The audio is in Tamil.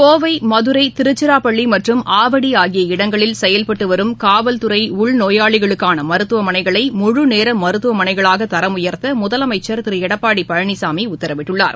கோவை மதுரை திருச்சிராப்பள்ளிமற்றும் ஆவடிஆகிய இடங்களில் செயல்பட்டுவரும் காவல்துறைஉள் நோயாளிகளுக்கானமருத்துவமனைகளை நேரமருத்துவமனைகளாகதரம் உயர்த்தமுதலமைச்சர் முழு திருஎடப்பாடிபழனிசாமிஉத்தரவிட்டுள்ளார்